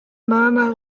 murmur